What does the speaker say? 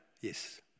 Yes